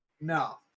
No